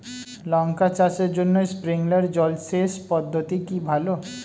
লঙ্কা চাষের জন্য স্প্রিংলার জল সেচ পদ্ধতি কি ভালো?